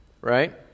right